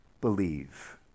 believe